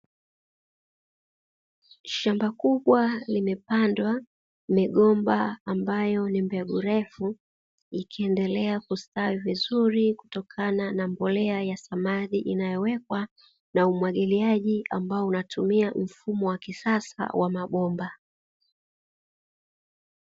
Shamba kubwa limepandwa migomba ambayo ni mbegu refu, ikiendelea kustawi vizuri kutokana na mbolea ya samadi inayowekwa na umwagiliaji, ambao unatumia mfumo wa kisasa wa mabomba.